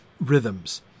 rhythms